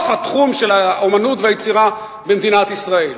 התחום של האמנות והיצירה במדינת ישראל.